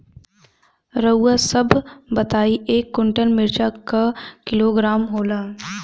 रउआ सभ बताई एक कुन्टल मिर्चा क किलोग्राम होला?